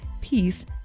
peace